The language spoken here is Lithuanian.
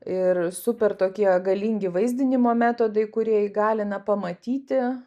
ir super tokie galingi vaizdinimo metodai kurie įgalina pamatyti